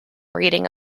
reading